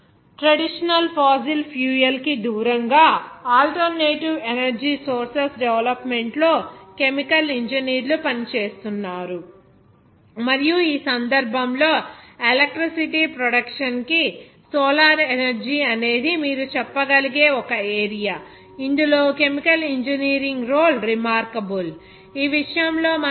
traditional fossil fuel కి దూరంగా alternative energy sources development లో కెమికల్ ఇంజనీర్లు పనిచేస్తున్నారు మరియు ఈ సందర్భంలో ఎలక్ట్రిసిటీ ప్రొడక్షన్ కి సోలార్ ఎనర్జీ అనేది మీరు చెప్పగలిగే ఒక ఏరియా ఇందులో కెమికల్ ఇంజనీరింగ్ రోల్ రీమార్కబుల్ ఈ విషయంలో మనం టి